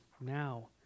Now